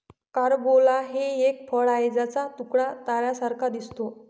carambola हे एक फळ आहे ज्याचा तुकडा ताऱ्यांसारखा दिसतो